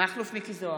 מכלוף מיקי זוהר,